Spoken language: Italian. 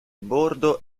bordo